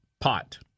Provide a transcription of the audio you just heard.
pot